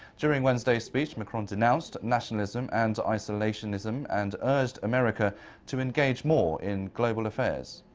during wednesday's speech, macron denounced nationalism and isolationism and urged america to engage more in global affairs.